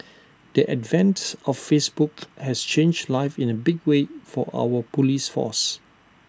the advent of Facebook has changed life in A big way for our Police force